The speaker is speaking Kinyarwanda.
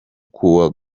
kuwa